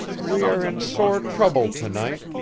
we are in sore trouble to-night.